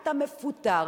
אתה מפוטר.